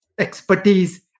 expertise